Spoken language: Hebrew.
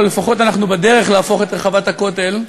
או לפחות אנחנו בדרך להפוך את רחבת הכותל,